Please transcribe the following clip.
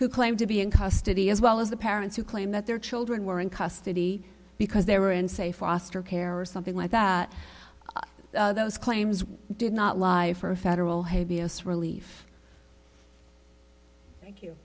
who claim to be in custody as well as the parents who claim that their children were in custody because they were unsafe foster care or something like that those claims did not lie for a federal habeas relief thank you